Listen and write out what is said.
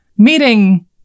Meeting